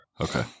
okay